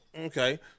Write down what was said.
Okay